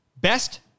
best